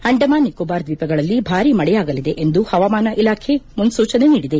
ಅಂಡಮಾನ್ ನಿಕೋಬಾರ್ ದ್ವೀಪಗಳಲ್ಲಿ ಭಾರಿ ಮಳೆಯಾಗಲಿದೆ ಎಂದು ಹವಾಮಾನ ಇಲಾಖೆ ಮುನ್ನೂಚನೆ ನೀಡಿದೆ